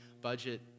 budget